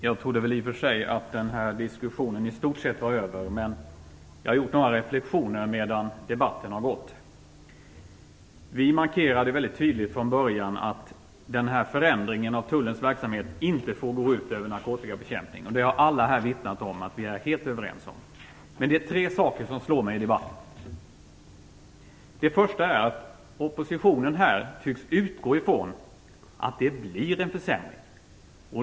Fru talman! Jag trodde att denna diskussion i stort sett var över, men jag har gjort några reflexioner medan debatten har pågått. Vi markerade väldigt tydligt från början att förändringen av tullens verksamhet inte får gå ut över narkotikabekämpningen. Alla har här vittnat om att vi är helt överens på den punkten. Men det är tre saker i debatten som slår mig. Den första är att oppositionen tycks utgå ifrån att det blir en försämring.